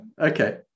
okay